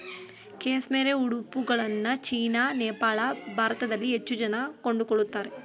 cashmere ಉಡುಪುಗಳನ್ನ China, Nepal, ಭಾರತದಲ್ಲಿ ಹೆಚ್ಚು ಜನ ಕೊಂಡುಕೊಳ್ಳುತ್ತಾರೆ